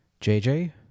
JJ